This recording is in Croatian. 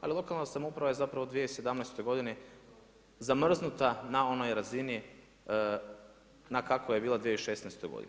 Ali lokalna samouprava je zapravo u 2017. godini zamrznuta na onoj razini na kakvoj je bila u 2016. godini.